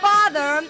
Father